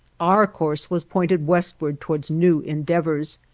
our course was pointed westward towards new endeavors,